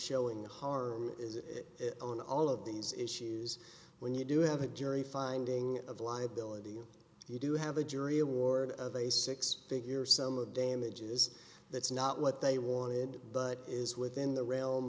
showing the harm on all of these issues when you do have a jury finding of liability or you do have a jury award of a six figure sum of damages that's not what they wanted but is within the realm